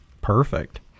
Perfect